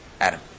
Adam